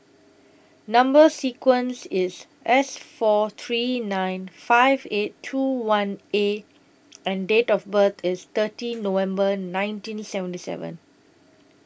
Number sequence IS S four three nine five eight two one A and Date of birth IS thirty November nineteen seventy seven